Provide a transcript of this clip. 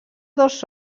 dos